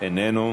איננו,